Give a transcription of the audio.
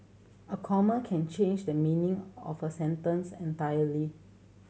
a comma can change the meaning of a sentence entirely